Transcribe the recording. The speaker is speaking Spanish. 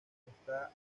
está